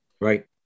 right